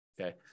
Okay